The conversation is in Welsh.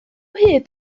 hyd